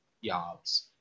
yards